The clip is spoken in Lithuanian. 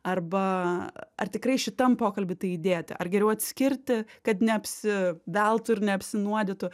arba ar tikrai šitam pokalby tai įdėti ar geriau atskirti kad neapsiveltų ir neapsinuodytų